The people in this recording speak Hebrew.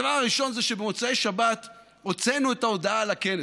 הדבר הראשון זה שבמוצאי שבת הוצאנו את ההודעה על הכנס.